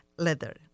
leather